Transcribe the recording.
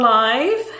live